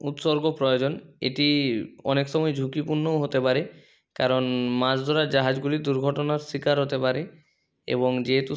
উৎসর্গ প্রয়োজন এটি অনেক সময় ঝুঁকিপূর্ণও হতে পারে কারণ মাছ ধরার জাহাজগুলি দুর্ঘটনার শিকার হতে পারে এবং যেহেতু